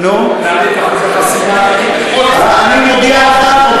איתן, בתנאי אחד, בתנאי אחד.